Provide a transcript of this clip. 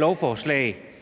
næstformand